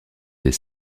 des